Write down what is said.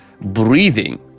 breathing